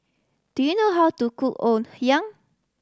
do you know how to cook Ngoh Hiang